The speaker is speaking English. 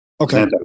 okay